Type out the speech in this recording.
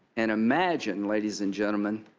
and imagine, ladies and gentlemen,